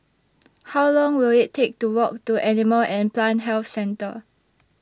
How Long Will IT Take to Walk to Animal and Plant Health Centre